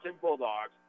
Bulldogs